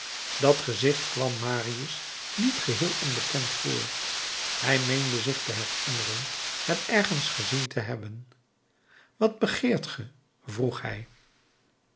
dat gezicht kwam marius niet geheel onbekend voor hij meende zich te herinneren het ergens gezien te hebben wat begeert ge vroeg hij